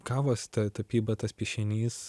gavosi ta tapyba tas piešinys